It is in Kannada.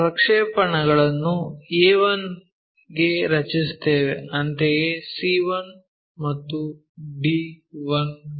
ಪ್ರಕ್ಷೇಪಣಗಳನ್ನು a1 ಗೆ ರಚಿಸುತ್ತೇವೆ ಅಂತೆಯೇ c1 ಮತ್ತು d1 ಗೆ